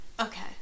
Okay